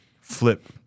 flip